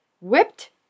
whipped